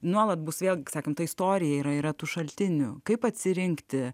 nuolat bus vėl sakant ta istorija yra yra tų šaltinių kaip atsirinkti